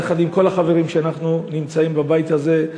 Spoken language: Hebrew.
יחד עם כל החברים שנמצאים בבית הזה,